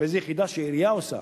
באיזו יחידה שהעירייה עושה.